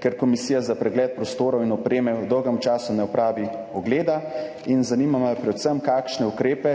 ker komisija za pregled prostorov in opreme dolgo časa ne opravi ogleda? Zanima me predvsem: Kakšne ukrepe